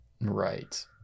Right